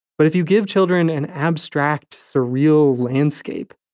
but if you give children an abstract surreal landscape,